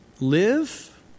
live